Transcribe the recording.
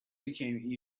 became